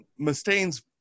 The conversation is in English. Mustaine's